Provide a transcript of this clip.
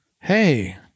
hey